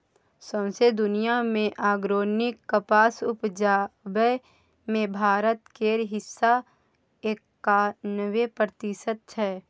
सौंसे दुनियाँ मे आर्गेनिक कपास उपजाबै मे भारत केर हिस्सा एकानबे प्रतिशत छै